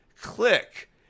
click